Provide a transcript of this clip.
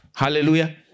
Hallelujah